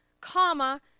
comma